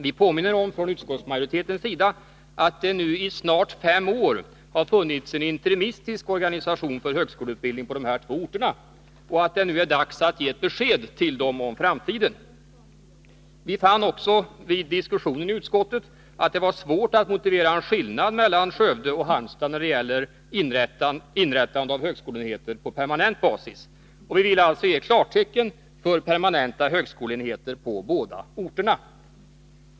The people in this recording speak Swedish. Vi påminner från utskottsmajoritetens sida om att det nu i snart fem år har funnits en interimistisk organisation för högskoleutbildning på de här två orterna att det nu är dags att ge ett besked till dem om framtiden. Vi fann också vid diskussionen i utskottet att det var svårt att motivera en skillnad mellan Skövde och Halmstad när det gäller inrättande av högskoleenheter på permanent basis. Vi vill alltså ge klartecken för permanenta högskoleenheter i både Skövde och Halmstad.